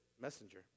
messenger